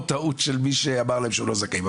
או טעות של מי שאמר להם שהם לא זכאים.